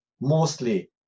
mostly